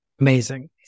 Amazing